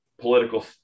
political